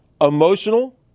Emotional